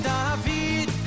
David